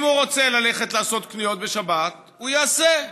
אם הוא רוצה ללכת לעשות קניות בשבת, הוא יעשה.